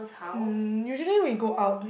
um usually we go out